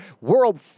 World